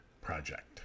project